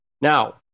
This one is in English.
Now